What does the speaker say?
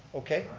okay,